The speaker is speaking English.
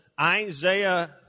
Isaiah